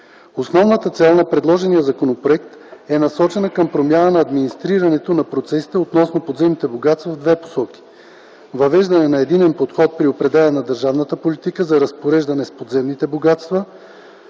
Основната цел на предложения законопроект е насочена към промяна на администрирането на процесите относно подземните богатства в две насоки: въвеждане на единен подход при определяне на държавната политика за разпореждане с подземните богатства,